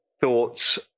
thoughts